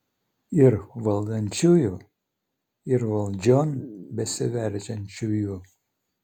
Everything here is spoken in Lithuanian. ir valdančiųjų ir valdžion besiveržiančiųjų